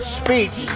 speech